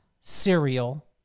cereal